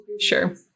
Sure